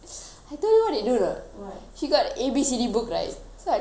she got A B C D book right so I took the book out I say keegan read